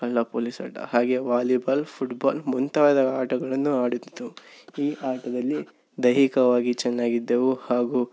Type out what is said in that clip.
ಕಳ್ಳ ಪೊಲೀಸ್ ಆಟ ಹಾಗೆಯೇ ವಾಲಿಬಾಲ್ ಫುಟಬಾಲ್ ಮುಂತಾದ ಆಟಗಳನ್ನು ಆಡುತ್ತಿದ್ದೆವು ಈ ಆಟದಲ್ಲಿ ದೈಹಿಕವಾಗಿ ಚೆನ್ನಾಗಿದ್ದೆವು ಹಾಗೂ